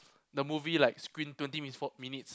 the movie like screen twenty minutes four minutes